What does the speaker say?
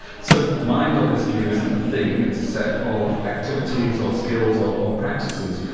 so, mind on this view isn't a thing, it's a set of activities or skills or or practices.